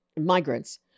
migrants